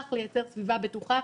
וכך לייצר סביבה בטוחה,